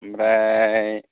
ओमफ्राय